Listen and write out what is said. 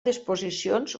disposicions